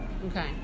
Okay